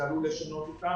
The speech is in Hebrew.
זה עלול לשנות אותה.